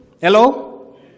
Hello